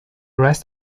rest